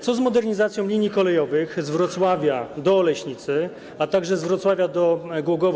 Co z modernizacją linii kolejowych z Wrocławia do Oleśnicy, a także z Wrocławia do Głogowa?